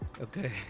okay